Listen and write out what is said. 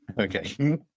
okay